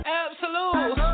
absolute